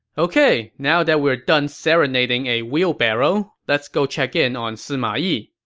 ok, now that we're done serenading a wheelbarrow, let's go check in on sima yi.